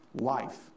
life